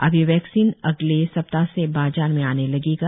अब यह वैक्सीन अगले सप्ताह से बाजार में आने लगेगी